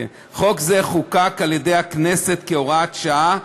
חוק זה חוקק על-ידי הכנסת כהוראת שעה,